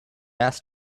asked